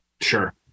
Sure